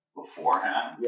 beforehand